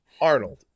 Arnold